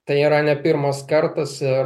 tai yra ne pirmas kartas ir